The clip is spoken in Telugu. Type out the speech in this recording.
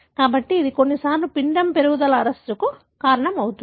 కాబట్టి ఇది కొన్నిసార్లు పిండం పెరుగుదల అరెస్ట్కు కారణమవుతుంది